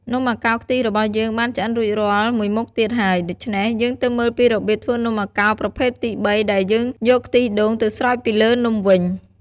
នំអាកោរខ្ទិះរបស់យើងបានឆ្អិនរួចរាល់មួយមុខទៀតហើយ ដូច្នេះ យើងទៅមើលពីរបៀបធ្វើនំអាកោរប្រភេទទីបី ដែលយើងយកខ្ទិះដូងទៅស្រោចពីលើនំវិញ។